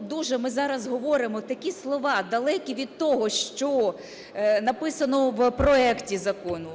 Дуже ми зараз говоримо такі слова далекі від того, що написано в проекті закону.